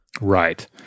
Right